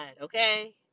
okay